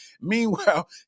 Meanwhile